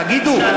תגידו,